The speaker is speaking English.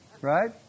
right